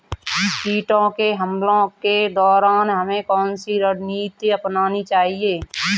कीटों के हमलों के दौरान हमें कौन सी रणनीति अपनानी चाहिए?